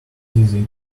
did